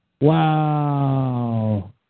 Wow